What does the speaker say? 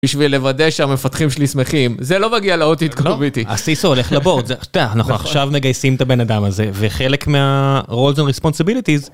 בשביל לוודא שהמפתחים שלי שמחים, זה לא מגיע לאותי את כל הביטי. אסיסו הולך לבורד, אתה נכון. עכשיו מגייסים את הבן אדם הזה, וחלק מה roles and responsibilities